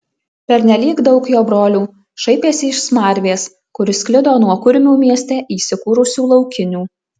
pernelyg daug jo brolių šaipėsi iš smarvės kuri sklido nuo kurmių mieste įsikūrusių laukinių